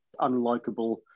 unlikable